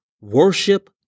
worship